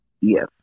Yes